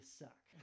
suck